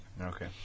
okay